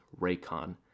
raycon